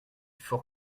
fort